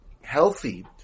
healthy